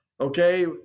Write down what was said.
Okay